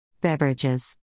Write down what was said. Beverages